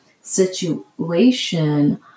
situation